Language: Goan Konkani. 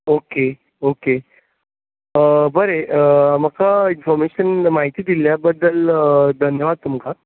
ओके ओके बरें म्हाका इनफाॅर्मेशन माहिती दिल्ल्या बद्दल धन्यवाद तुमकां